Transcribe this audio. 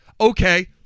okay